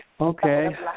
Okay